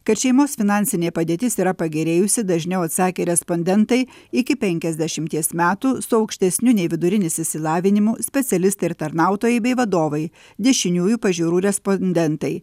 kad šeimos finansinė padėtis yra pagerėjusi dažniau atsakė respondentai iki penkiasdešimties metų su aukštesniu nei vidurinis išsilavinimu specialistai ir tarnautojai bei vadovai dešiniųjų pažiūrų respondentai